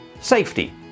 safety